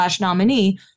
nominee